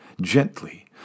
gently